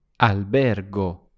Albergo